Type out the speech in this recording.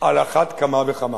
על אחת כמה וכמה.